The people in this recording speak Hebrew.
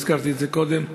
והזכרתי את זה קודם,